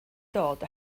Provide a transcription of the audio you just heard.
dod